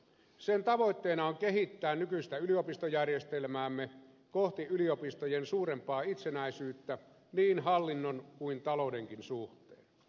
sen tavoitteena on kehittää nykyistä yliopistojärjestelmäämme kohti yliopistojen suurempaa itsenäisyyttä niin hallinnon kuin taloudenkin suhteen